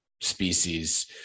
species